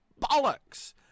bollocks